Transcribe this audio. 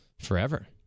forever